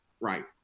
Right